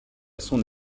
son